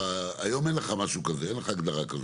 היום אין לך משהו כזה, אין לך הגדרה כזאת.